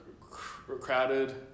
crowded